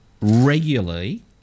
regularly